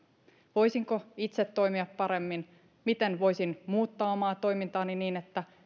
voisinko itse toimia paremmin miten voisin muuttaa omaa toimintaani niin että